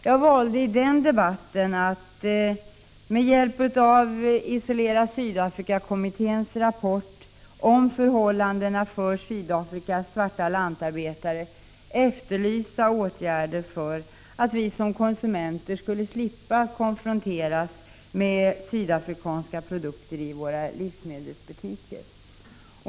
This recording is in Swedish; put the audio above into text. Jag valde i den debatten att med hjälp av Isolera Sydafrika-kommitténs rapport om förhållandena för Sydafrikas svarta lantarbetare efterlysa åtgärder för att vi som konsumenter skulle slippa konfronteras med sydafrikanska produkter i våra livsmedelsbutiker.